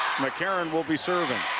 mccarron will be serving.